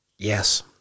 Yes